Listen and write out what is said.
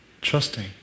trusting